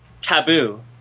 Taboo